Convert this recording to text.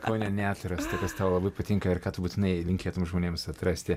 kaune neatrasta kas tau labai patinka ir ką tu būtinai linkėtum žmonėms atrasti